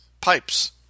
Pipes